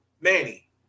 Manny